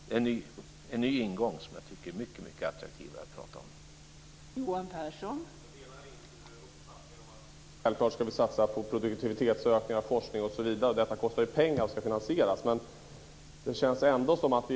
Detta är en ny ingång, som jag tycker att det är mycket attraktivare att tala om.